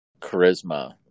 charisma